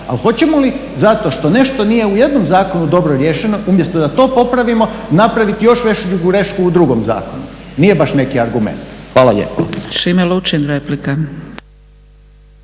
ali hoćemo li zato što nešto nije u jednom zakonu dobro riješeno, umjesto da to popravimo napraviti još veću grešku u drugom zakonu, nije baš neki argument. Hvala lijepa.